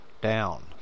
down